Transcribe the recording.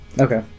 okay